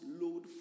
load